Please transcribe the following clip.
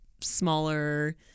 smaller